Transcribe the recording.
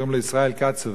קוראים לו ישראל קצובר,